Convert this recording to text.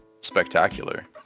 spectacular